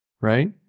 right